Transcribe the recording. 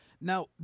Now